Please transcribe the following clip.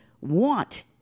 want